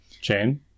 Jane